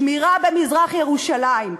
שמירה במזרח-ירושלים.